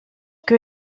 que